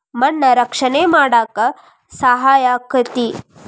ಮಣ್ಣ ರಕ್ಷಣೆ ಮಾಡಾಕ ಸಹಾಯಕ್ಕತಿ